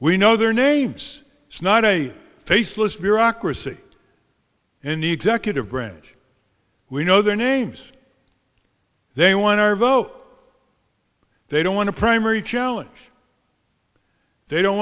we know their names it's not a faceless bureaucracy in the executive branch we know their names they want arvo they don't want to primary challenge they don't